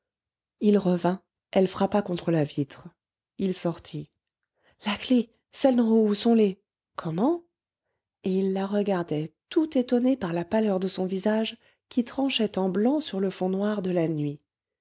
il revint elle frappa contre la vitre il sortit la clef celle d'en haut où sont les comment et il la regardait tout étonné par la pâleur de son visage qui tranchait en blanc sur le fond noir de la nuit